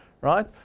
right